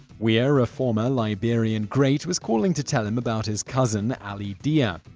weah, a former liberian great, was calling to tell him about his cousin ali dia,